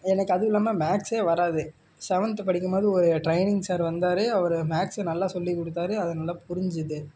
எனக்கு அதுவும் இல்லாமல் மேக்ஸே வராது செவன்த்து படிக்கும்போது ஒரு ட்ரைனிங் சார் வந்தார் அவர் மேக்ஸு நல்லா சொல்லி கொடுத்தாரு அது நல்லா புரிஞ்சுது